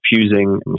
fusing